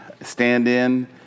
Stand-in